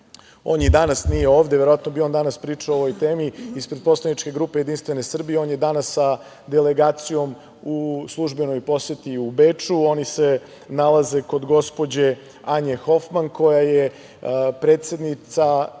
i danas nije ovde, verovatno bi on danas pričao o ovoj temi ispred Poslaničke grupe Jedinstvena Srbija, on je danas sa delegacijom u službenoj poseti u Beču. Oni se nalaze kod gospođe Anje Hofman, koja je predsednica